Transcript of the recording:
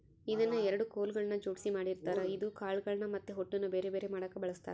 ಇದನ್ನ ಎರಡು ಕೊಲುಗಳ್ನ ಜೊಡ್ಸಿ ಮಾಡಿರ್ತಾರ ಇದು ಕಾಳುಗಳ್ನ ಮತ್ತೆ ಹೊಟ್ಟುನ ಬೆರೆ ಬೆರೆ ಮಾಡಕ ಬಳಸ್ತಾರ